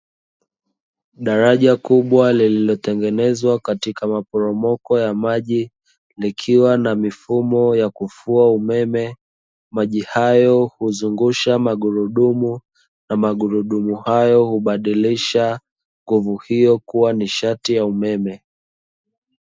Daraja kubwa lililotengenezwa katika maporomoko ya maji, likiwa na mifumo ya kufua umeme. Maji hayo huzungusha magurudumu, na magurudumu hayo hubadilisha nguvu hiyo kuwa nishati ya umeme.